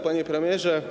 Panie Premierze!